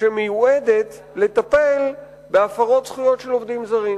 שמיועדת לטפל בהפרות זכויות של עובדים זרים.